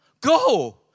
Go